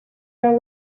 our